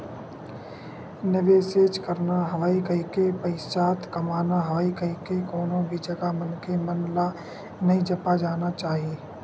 निवेसेच करना हवय कहिके, पइसाच कमाना हवय कहिके कोनो भी जघा मनखे मन ल नइ झपा जाना चाही